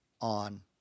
on